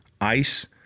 ice